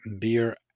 beer